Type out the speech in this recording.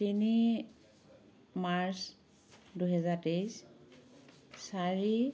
তিনি মাৰ্চ দুহেজাৰ তেইছ চাৰি